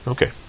Okay